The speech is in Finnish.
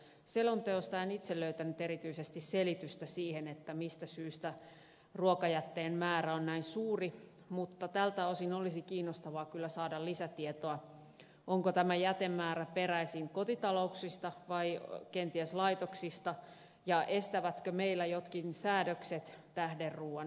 selonteosta en itse löytänyt erityisesti selitystä siihen mistä syystä ruokajätteen määrä on näin suuri mutta tältä osin olisi kyllä kiinnostavaa saada lisätietoa onko tämä jätemäärä peräisin kotitalouksista vai kenties laitoksista ja estävätkö meillä jotkin säädökset tähderuuan hyödyntämisen